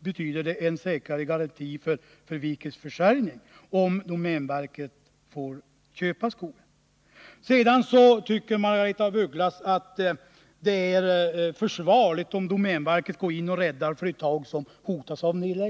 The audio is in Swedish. betyder det en säkrare garanti för virkesförsörjningen, om domänverket får köpa skogen. Margaretha af Ugglas tycker att det är försvarligt om domänverket går in och räddar företag som hotas av nedläggning.